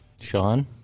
Sean